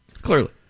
Clearly